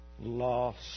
lost